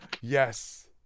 Yes